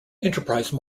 enterprise